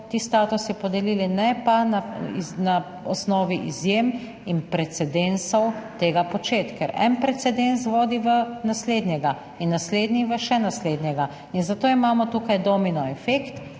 ti statusi podelili, ne pa tega početi na osnovi izjem in precedensov, ker en precedens vodi v naslednjega in naslednji v še naslednjega. Zato imamo tukaj domino efekt